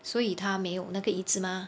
所以他没有那个椅子 mah